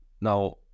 Now